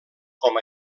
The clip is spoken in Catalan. com